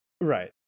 Right